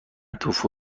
توفو